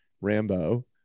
Rambo